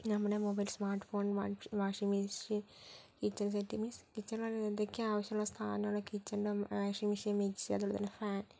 നമ്മുടെ mobile smartphone washing machine kitchen set means കിച്ചണിലുള്ള എന്തൊക്കെ ആവശ്യമുള്ള സാധനങ്ങൾ കിച്ചണിൽ വാഷിംഗ് മെഷീൻ മിക്സി അതുപോലെ തന്നെ ഫാൻ